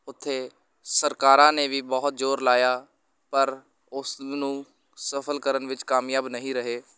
ਉੱਥੇ ਸਰਕਾਰਾਂ ਨੇ ਵੀ ਬਹੁਤ ਜ਼ੋਰ ਲਾਇਆ ਪਰ ਉਸ ਨੂੰ ਸਫਲ ਕਰਨ ਵਿੱਚ ਕਾਮਯਾਬ ਨਹੀਂ ਰਹੇ